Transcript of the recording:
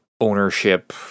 ownership